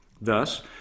thus